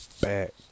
back